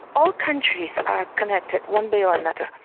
all countries are connected one way or another.